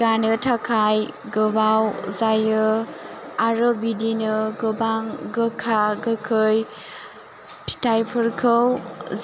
गानो थाखाय गोबाव जायो आरो बिदिनो गोबां गोखा गोखै फिथाइफोरखौ